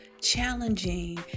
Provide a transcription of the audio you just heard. challenging